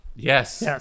Yes